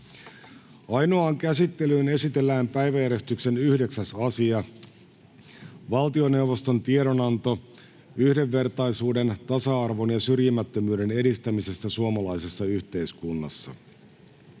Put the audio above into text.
Ainoaan käsittelyyn esitellään päiväjärjestyksen 9. asia, valtioneuvoston tiedonanto yhdenvertaisuuden, tasa-arvon ja syrjimättömyyden edistämisestä suomalaisessa yhteiskunnassa.